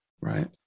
Right